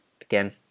again